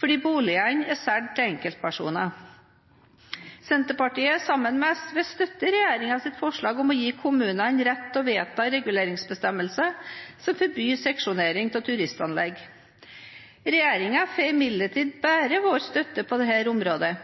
fordi boligene er solgt til enkeltpersoner. Senterpartiet, sammen med SV, støtter regjeringens forslag om å gi kommunene rett til å vedta reguleringsbestemmelser som forbyr seksjonering av turistanlegg. Regjeringen får imidlertid bare vår støtte på dette området,